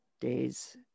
days